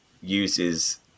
uses